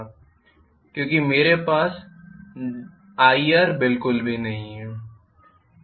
क्योंकि मेरे पास ir बिल्कुल भी नहीं है